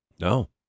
No